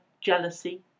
jealousy